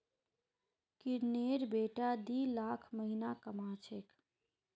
किरनेर बेटा दी लाख महीना कमा छेक